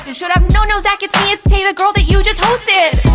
and should have no no, zack, it's me! it's tay, the girl that you just hosted!